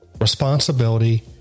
Responsibility